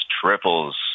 triples